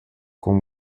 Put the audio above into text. como